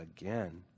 again